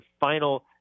final